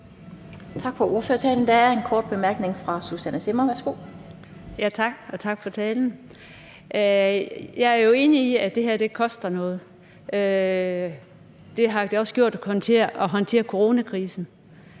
Tak for ordførertalen. Der er en kort bemærkning fra Susanne Zimmer. Værsgo. Kl. 17:33 Susanne Zimmer (UFG): Tak, og tak for talen. Jeg er jo enig i, at det her koster noget. Det har det også gjort at håndtere coronakrisen,